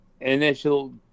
initial